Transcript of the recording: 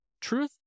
truth